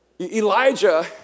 Elijah